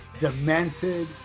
demented